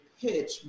pitch